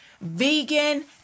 vegan